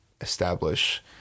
establish